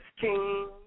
king